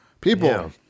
People